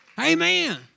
Amen